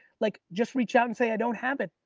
like just reach out and say, i don't have it.